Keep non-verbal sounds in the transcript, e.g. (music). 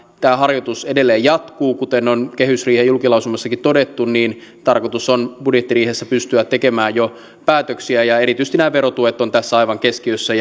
tämä harjoitus edelleen jatkuu kuten on kehysriihen julkilausumassakin todettu tarkoitus on budjettiriihessä pystyä tekemään jo päätöksiä ja erityisesti nämä verotuet ovat tässä aivan keskiössä (unintelligible)